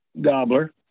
gobbler